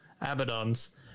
Abaddon's